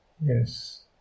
Yes